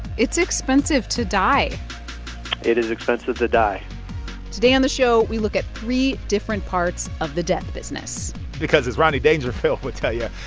it's expensive to die it is expensive to die today on the show, we look at three different parts of the death business because as rodney dangerfield would tell you,